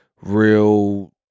real